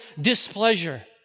displeasure